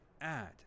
add